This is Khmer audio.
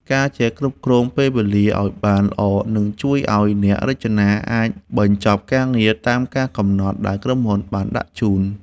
ការចេះគ្រប់គ្រងពេលវេលាឱ្យបានល្អនឹងជួយឱ្យអ្នករចនាអាចបញ្ចប់ការងារតាមកាលកំណត់ដែលក្រុមហ៊ុនបានដាក់ជូន។